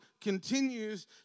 continues